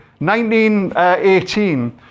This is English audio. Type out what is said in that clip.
1918